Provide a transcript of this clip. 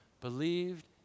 believed